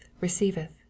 receiveth